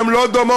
הן לא דומות,